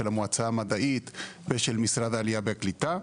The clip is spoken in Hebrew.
של המועצה המדעית ושל משרד העלייה והקליטה.